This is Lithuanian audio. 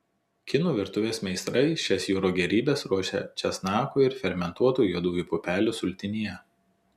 kinų virtuvės meistrai šias jūrų gėrybes ruošia česnakų ir fermentuotų juodųjų pupelių sultinyje